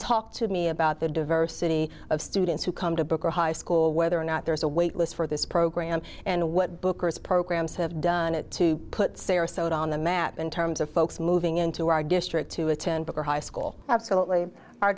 talked to me about the diversity of students who come to book a high school whether or not there is a wait list for this program and what booker's programs have done it to put sarasota on the map in terms of folks moving into our district to attend to her high school absolutely our